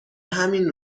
همین